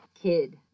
kid